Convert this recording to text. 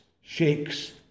shakes